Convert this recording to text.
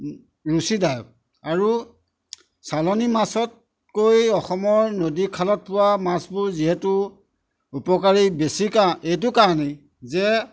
ৰুচিদায়ক আৰু চালনী মাছতকৈ অসমৰ নদী খালত পোৱা মাছবোৰ যিহেতু উপকাৰী বেছি এইটো কাৰণেই যে